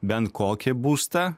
bent kokį būstą